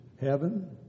Heaven